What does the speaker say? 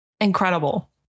Incredible